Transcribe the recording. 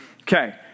Okay